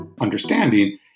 understanding